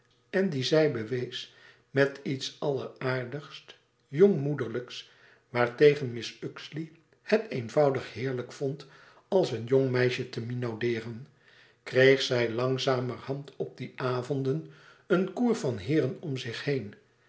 en die zij bewees met iets alleraardigs jong moederlijks waartegen mrs uxeley het eenvoudig heerlijk vond als een jong meisje tegen te minaudeeren kreeg zij langzamerhand op die avonden een cour van heeren om zich heen